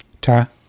Tara